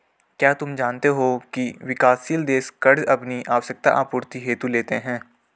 क्या तुम जानते हो की विकासशील देश कर्ज़ अपनी आवश्यकता आपूर्ति हेतु लेते हैं?